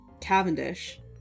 Cavendish